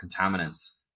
contaminants